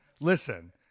Listen